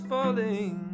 Falling